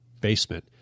basement